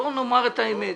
בואו נאמר את האמת.